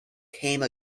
came